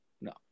no